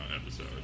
episode